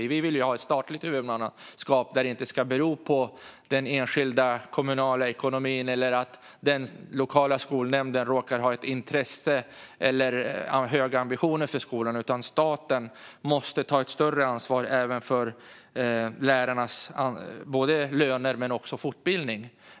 Liberalerna vill ju ha ett statligt huvudmannaskap som inte är beroende av den enskilda kommunens ekonomi eller av att den lokala skolnämnden råkar ha ett intresse eller höga ambitioner för skolan. Staten måste ta ett större ansvar för lärarnas löner och fortbildning.